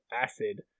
acid